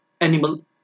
animal